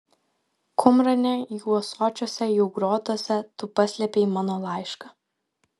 kumrane jų ąsočiuose jų grotose tu paslėpei mano laišką